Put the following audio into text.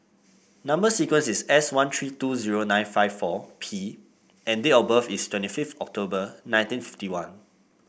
number sequence is S one three two zero nine five four P and date of birth is twenty fifth October nineteen fifty one